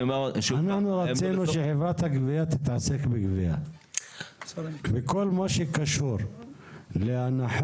רצינו שחברת הגבייה תתעסק בגבייה וכל מה שקשור להנחות,